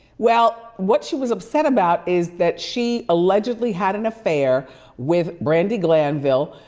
well, what she was upset about is that she allegedly had an affair with brandi glanville,